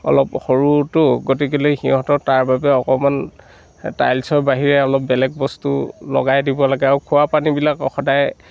lop সৰুতো গতিকে সিহঁতৰ তাৰ বাবে অকণমান সেই টাইলছৰ বাহিৰে অলপ বেলেগ বস্তু লগাই দিব লাগে আৰু খোৱা পানীবিলাক সদায়